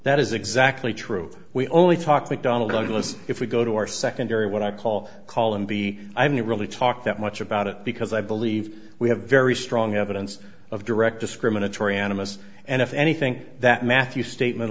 that is exactly true we only talk mcdonnell douglas if we go to our secondary what i call call in the i'm not really talk that much about it because i believe we have very strong evidence of direct discriminatory animus and if anything that matthew statement